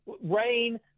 rain